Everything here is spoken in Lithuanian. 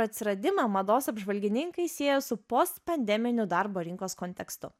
atsiradimą mados apžvalgininkai sieja su post pandeminiu darbo rinkos kontekstu